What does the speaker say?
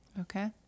Okay